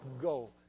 go